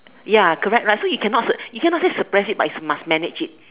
ya correct right so you cannot you cannot say suppress it but is must manage it